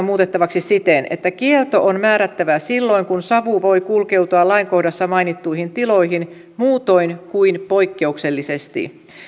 muutettavaksi siten että kielto on määrättävä silloin kun savu voi kulkeutua lain kohdassa mainittuihin tiloihin muutoin kuin poikkeuksellisesti